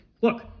look